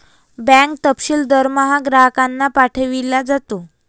bank तपशील दरमहा ग्राहकांना पाठविला जातो